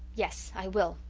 yes, i will.